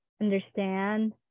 understand